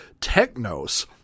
Technos